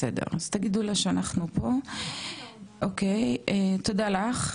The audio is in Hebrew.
בסדר אז תגידו לה שאנחנו פה, אוקי תודה לך.